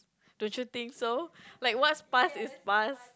don't you think so like what's passed is passed